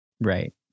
Right